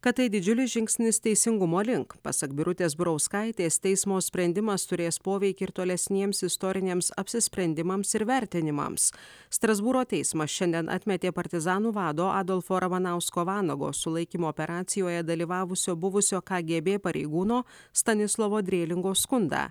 kad tai didžiulis žingsnis teisingumo link pasak birutės burauskaitės teismo sprendimas turės poveikį ir tolesniems istoriniams apsisprendimams ir vertinimams strasbūro teismas šiandien atmetė partizanų vado adolfo ramanausko vanago sulaikymo operacijoje dalyvavusio buvusio ką gė bė pareigūno stanislovo drėlingo skundą